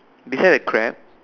beside the crab